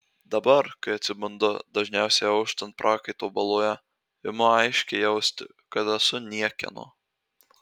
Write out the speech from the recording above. dabar kai atsibundu dažniausiai auštant prakaito baloje imu aiškiai jausti kad esu niekieno